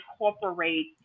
incorporate